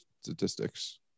statistics